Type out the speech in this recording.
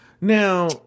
Now